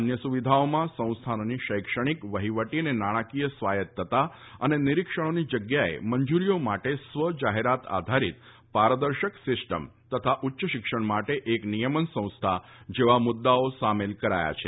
અન્ય સુવિધાઓમાં સંસ્થાનોની શૈક્ષણિક વહીવટી અને નાણાકીય સ્વાયત્તતા અને નિરીક્ષણોની જગ્યાએ મંજૂરીઓ માટે સ્વ જાહેરાત આધારિત પારદર્શક સિસ્ટમ અને ઉચ્ચ શિક્ષણ માટે એક નિયમન સંસ્થા જેવા મુદ્દાઓ સામેલ કરાયા છે